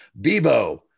Bebo